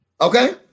okay